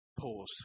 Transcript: Pause